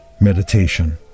meditation